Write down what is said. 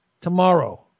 tomorrow